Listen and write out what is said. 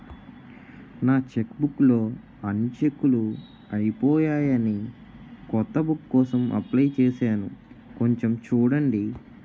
నా చెక్బుక్ లో అన్ని చెక్కులూ అయిపోయాయని కొత్త బుక్ కోసం అప్లై చేసాను కొంచెం చూడండి